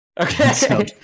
Okay